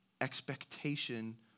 expectation